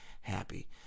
happy